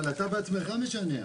אבל אתה בעצמך משנע.